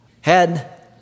Head